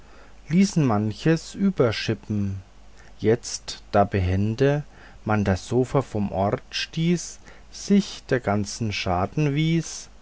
ließen manches überschippen jetzt da behende man das sofa vom ort stieß sich der ganze schaden wies